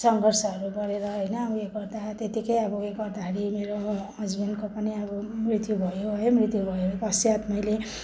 सङ्घर्षहरू गरेर होइन उयो गर्दा त्यत्तिकै अब उयो गर्दाखेरि मेरो हजबेन्डको पनि अब मृत्यु भयो है मृत्यु भएपश्चात् मैले